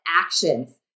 actions